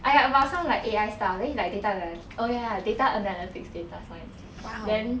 !aiya! about some like A_I stuff then it is like data analy~ oh ya data analytics data science then